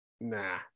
Nah